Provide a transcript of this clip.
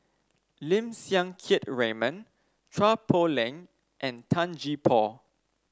Lim Siang Keat Raymond Chua Poh Leng and Tan Gee Paw